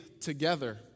together